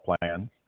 plans